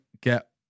get